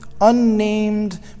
unnamed